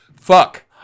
Fuck